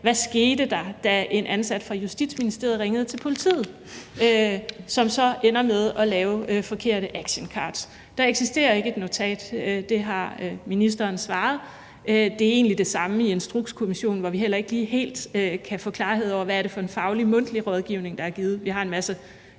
der skete, da en ansat fra Justitsministeriet ringede til politiet, som så ender med at lave forkerte actioncards. Der eksisterer ikke et notat, det har ministeren svaret, og det er egentlig det samme i Instrukskommissionen, hvor vi heller ikke lige helt kan få klarhed over, hvad det er for en faglig mundtlig rådgivning, der er givet. Vi har en masse